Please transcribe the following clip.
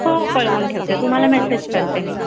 हो कळवून ठेवते तुम्हाला मेसेज करते मी